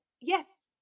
yes